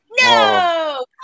No